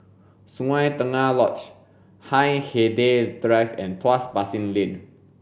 Sungei Tengah Lodge Hindhede Drive and Tuas Basin Lane